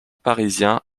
parisien